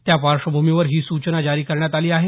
त्या पार्श्वभूमीवर ही सूचना जारी करण्यात आली आहे